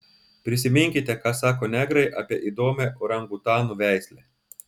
prisiminkite ką sako negrai apie įdomią orangutanų veislę